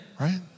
Right